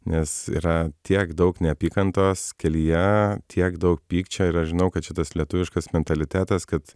nes yra tiek daug neapykantos kelyje tiek daug pykčio ir aš žinau kad šitas lietuviškas mentalitetas kad